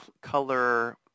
color